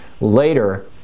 later